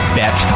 bet